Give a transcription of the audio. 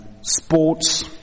Sports